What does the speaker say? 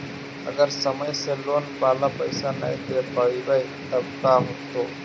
अगर समय से लोन बाला पैसा न दे पईबै तब का होतै?